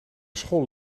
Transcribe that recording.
school